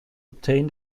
obtain